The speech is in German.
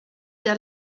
der